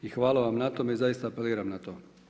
I hvala vam na tome, zaista apeliram na to.